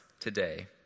today